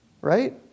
right